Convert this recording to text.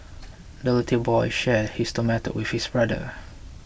little boy shared his tomato with his brother